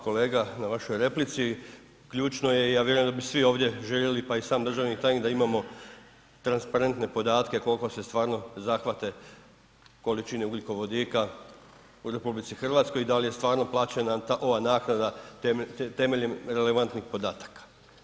kolega na vašoj replici, ključno je i ja vjerujem da bi svi ovdje željeli pa i sam državni tajnik da imamo transparentne podatke koliko se stvarno zahvate količine ugljikovodika u RH i da li je stvarno plaćena ova naknada temeljem relevantnih podataka.